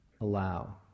allow